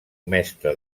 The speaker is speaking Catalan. mestre